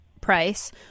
price